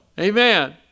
Amen